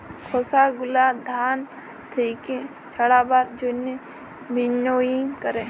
খসা গুলা ধান থেক্যে ছাড়াবার জন্হে ভিন্নউইং ক্যরে